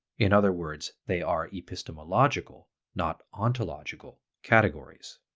in other words, they are epistemological, not ontological, categories.